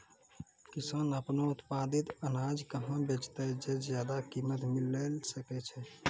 किसान आपनो उत्पादित अनाज कहाँ बेचतै जे ज्यादा कीमत मिलैल सकै छै?